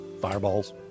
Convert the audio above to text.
fireballs